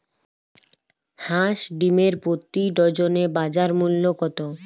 হাঁস ডিমের প্রতি ডজনে বাজার মূল্য কত?